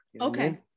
Okay